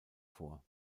vor